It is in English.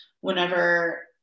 whenever